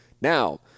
Now